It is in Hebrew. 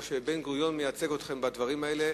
או שבן-גוריון מייצג אתכם בדברים האלה?